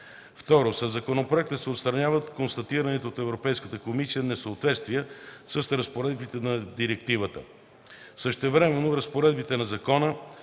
II. Със законопроекта се отстраняват констатираните от Европейската комисия несъответствия с разпоредбите на директивата. Същевременно, разпоредбите на Закона